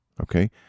Okay